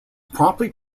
promptly